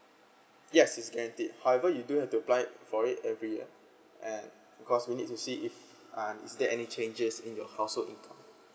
yes is guaranteed however you do have to applied for it every year and because we need to see if uh is there any changes in your household income